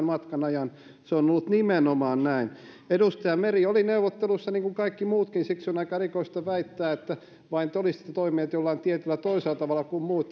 matkan ajan se on ollut nimenomaan näin edustaja meri oli neuvotteluissa niin kuin kaikki muutkin siksi on aika erikoista väittää että vain te olisitte toimineet jollain tietyllä toisella tavalla kuin muut